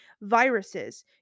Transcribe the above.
viruses